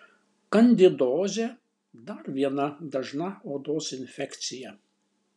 kandidozė dar viena dažna odos infekcija